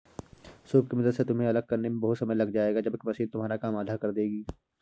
soup की मदद से तुम्हें अलग करने में बहुत समय लग जाएगा जबकि मशीन तुम्हारा काम आधा कर देगी